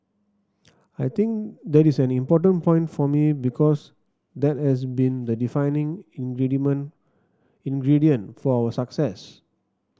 I think that is an important point for me because that has been the defining ingredient for our success